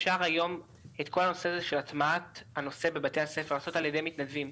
אפשר היום את כל הטמעת הנושא בבתי הספר לעשות ע"י מתנדבים,